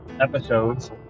episodes